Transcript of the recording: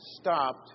stopped